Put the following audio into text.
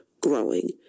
growing